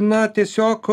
na tiesiog